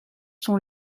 sont